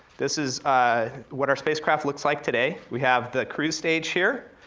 this is ah what our spacecraft looks like today. we have the cruise stage here,